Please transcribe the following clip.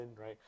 right